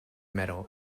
metal